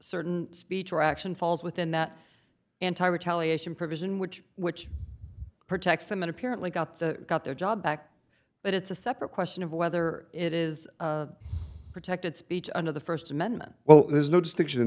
certain speech or action falls within that anti retaliation provision which which protects them and apparently got the got their job back but it's a separate question of whether it is protected speech under the first then well there's